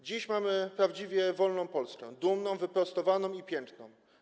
Dziś mamy prawdziwie wolną Polskę, dumną, wyprostowaną i piękną.